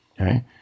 okay